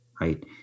right